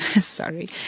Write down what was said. Sorry